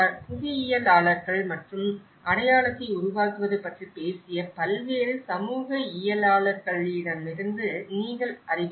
புவியியலாளர்கள் மற்றும் அடையாளத்தை உருவாக்குவது பற்றிப் பேசிய பல்வேறு சமூகவியலாளர்களிடமிருந்து நீங்கள் அறிவீர்கள்